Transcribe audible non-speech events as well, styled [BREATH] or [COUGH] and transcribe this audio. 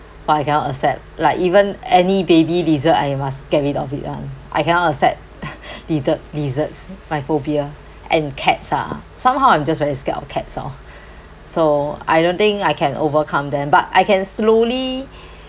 but I cannot accept like even any baby lizard I must get rid of it [one] I cannot accept [LAUGHS] lizard lizards my phobia and cats ah somehow I'm just very scared of cats orh so I don't think I can overcome them but I can slowly [BREATH]